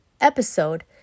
episode